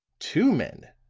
two men!